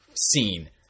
scene